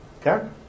Okay